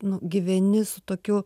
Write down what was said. nu gyveni su tokiu